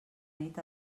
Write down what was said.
nit